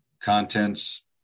contents